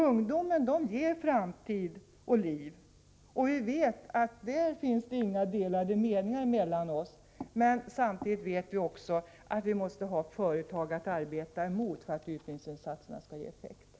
Ungdomen ger bygden framtid och liv — på den punkten råder inga delade meningar oss emellan. Samtidigt vet vi emellertid också att vi måste ha företag som mål för vårt arbete för att utbildningsinsatserna skall ge effekt.